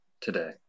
today